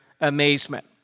amazement